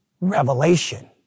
revelation